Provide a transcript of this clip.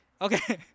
Okay